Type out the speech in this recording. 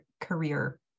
career